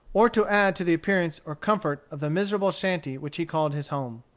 or to add to the appearance or comfort of the miserable shanty which he called his home.